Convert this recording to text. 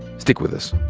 stick with us.